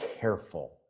careful